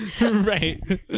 Right